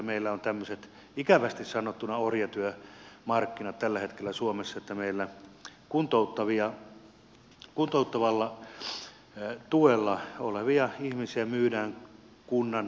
meillä on tämmöiset ikävästi sanottuna orjatyömarkkinat tällä hetkellä suomessa että meillä kuntouttavalla tuella olevia ihmisiä myydään kunnan toimesta